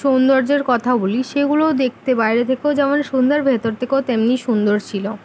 সৌন্দর্যের কথাও বলি সেগুলোও দেখতে বাইরে থেকেও যেমন সুন্দর ভেতর থেকেও তেমনি সুন্দর ছিলো